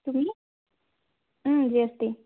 তুমি G S T